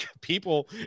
people